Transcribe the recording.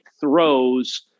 throws